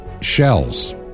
shells